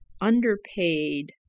underpaid